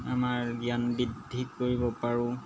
আমাৰ জ্ঞান বৃদ্ধি কৰিব পাৰোঁ